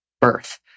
birth